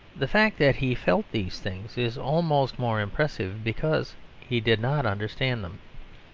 the fact that he felt these things is almost more impressive because he did not understand them.